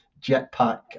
jetpack